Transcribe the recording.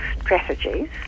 strategies